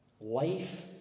life